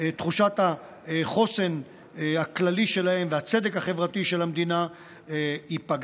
תחושת החוסן הכללי שלהם והצדק החברתי של המדינה ייפגעו,